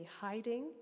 hiding